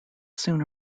soon